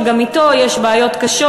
שגם אתו יש בעיות קשות,